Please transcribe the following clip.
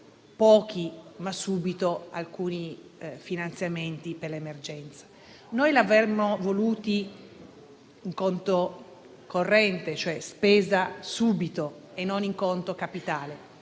pochi ma subito - alcuni finanziamenti per l'emergenza. Noi li avremmo voluti in conto corrente, cioè come spesa immediata, e non in conto capitale,